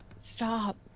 stop